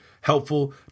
helpful